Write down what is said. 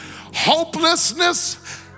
Hopelessness